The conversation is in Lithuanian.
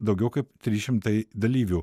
daugiau kaip trys šimtai dalyvių